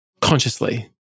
consciously